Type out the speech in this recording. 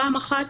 פעם אחת,